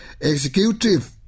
executive